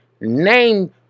name